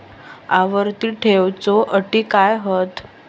आवर्ती ठेव च्यो अटी काय हत?